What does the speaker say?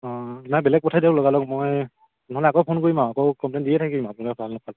অঁ নাই বেলেগ পঠাই দিয়ক লগালগ মই নহ'লে আকৌ ফোন কৰিম আৰু আকৌ কমপ্লেইন দিয়ে থাকিম আপোনাৰ তালৈ